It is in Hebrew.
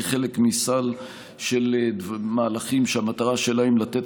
כחלק מסל של מהלכים שהמטרה שלהם לתת,